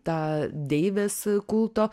tą deivės kulto